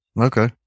Okay